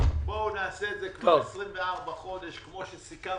בואו נעשה את זה כבר 24 חודשים כמו שסיכמנו.